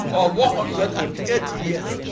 one hundred and eighty years,